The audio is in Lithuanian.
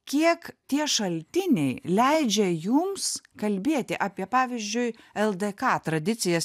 kiek tie šaltiniai leidžia jums kalbėti apie pavyzdžiui ldk tradicijas